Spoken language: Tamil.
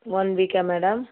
ஒன் வீக்கா மேடம்